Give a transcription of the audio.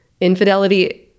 Infidelity